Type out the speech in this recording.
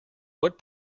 what